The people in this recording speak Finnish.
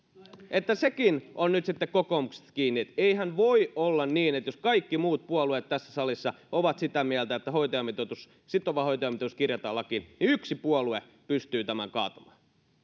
sekin on nyt sitten kokoomuksesta kiinni eihän voi olla niin että jos kaikki muut puolueet tässä salissa ovat sitä mieltä että sitova hoitajamitoitus kirjataan lakiin niin yksi puolue pystyy tämän kaatamaan